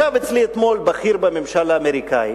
באותו זמן ישב אצלי בכיר בממשל האמריקני,